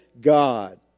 God